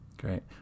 Great